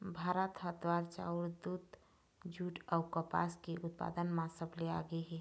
भारत ह दार, चाउर, दूद, जूट अऊ कपास के उत्पादन म सबले आगे हे